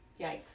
Yikes